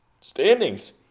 standings